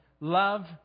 love